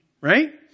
Right